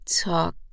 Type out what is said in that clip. Talk